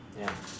ya